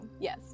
Yes